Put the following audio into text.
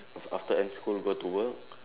after end school go to work